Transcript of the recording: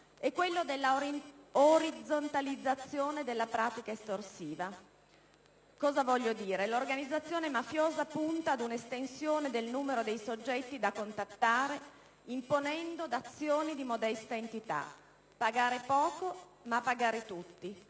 è quello della orizzontalizzazione della pratica estorsiva. L'organizzazione mafiosa punta ad una estensione del numero dei soggetti da contattare imponendo dazioni di modesta entità: pagare poco, ma pagare tutti.